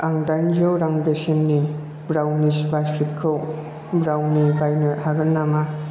आं दाइनजौ रां बेसेननि ब्राउनिस बास्केटखौ ब्राउनि बायनो हागोन नामा